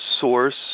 Source